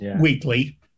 weekly